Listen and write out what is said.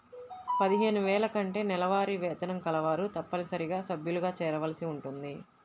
పదిహేను వేల కంటే నెలవారీ వేతనం కలవారు తప్పనిసరిగా సభ్యులుగా చేరవలసి ఉంటుంది